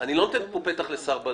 אני לא נותן פה פתח לסרבנות.